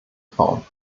frauen